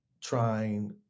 trying